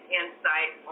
insight